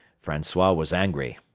francois was angry.